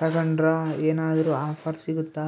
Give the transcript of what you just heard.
ತಗಂಡ್ರ ಏನಾದ್ರೂ ಆಫರ್ ಸಿಗುತ್ತಾ?